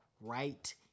right